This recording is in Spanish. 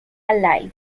alive